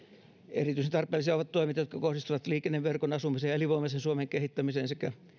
erityisen tarpeellisia ovat toimet jotka kohdistuvat liikenneverkon asumisen ja elinvoimaisen suomen kehittämiseen sekä